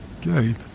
Gabe